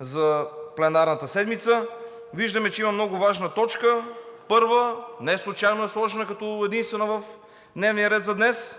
за пленарната седмица. Виждаме, че имаме много важна точка – първа. Неслучайно е сложена като единствена в дневния ред за днес.